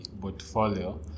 portfolio